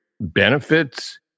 benefits